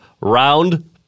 round